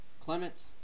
Clements